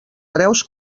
hereus